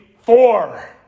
four